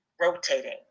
rotating